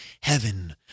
heaven